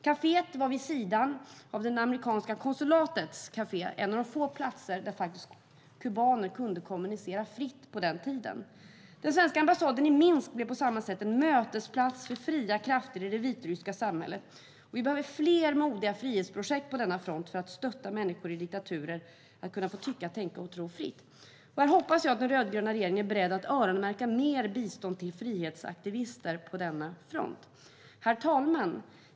Kaféet var vid sidan av det amerikanska konsulatets kafé en av få platser där kubaner faktiskt kunde kommunicera fritt på den tiden. Den svenska ambassaden i Minsk blev på samma sätt en mötesplats för fria krafter i det vitryska samhället. Vi behöver fler modiga frihetsprojekt på denna front för att stötta människor i diktaturer att få tycka, tänka och tro fritt. Jag hoppas att den rödgröna regeringen är beredd att öronmärka mer bistånd till frihetsaktivister på denna front. Herr talman!